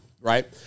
right